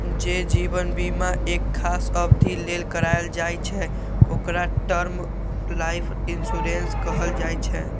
जे जीवन बीमा एक खास अवधि लेल कराएल जाइ छै, ओकरा टर्म लाइफ इंश्योरेंस कहल जाइ छै